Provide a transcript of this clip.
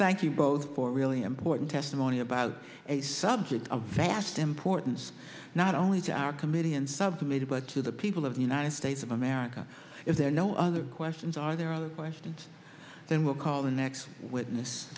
thank you both for really important testimony about a subject of last importance not only to our committee and subcommittee but to the people of the united states of america is there no other questions are there other questions than will call the next witness